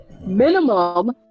minimum